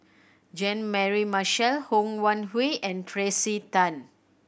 Jean Mary Marshall Ho Wan Hui and Tracey Tan